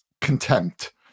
contempt